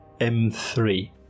M3